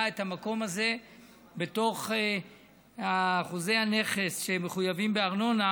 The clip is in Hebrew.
את המקום הזה בתוך אחוזי הנכס שמחויבים בארנונה,